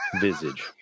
visage